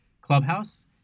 clubhouse